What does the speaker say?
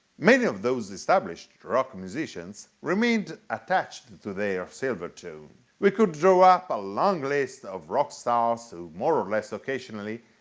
many of those established rock musicians remained attached to their silvertone. we could draw up a long list of rock stars who, more or less occasionally,